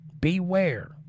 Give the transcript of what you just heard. Beware